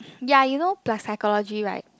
ya you know plus psychology right